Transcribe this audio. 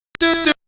do